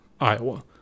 Iowa